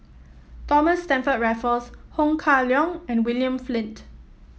Thomas Stamford Raffles Ho Kah Leong and William Flint